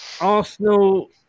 Arsenal